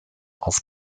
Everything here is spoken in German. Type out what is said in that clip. auf